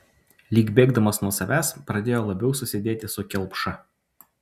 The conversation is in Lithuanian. lyg bėgdamas nuo savęs pradėjo labiau susidėti su kelpša